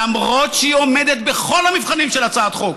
למרות שהיא עומדת בכל המבחנים של הצעת חוק,